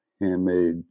handmade